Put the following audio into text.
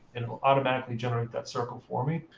it will automatically generate that circle for me.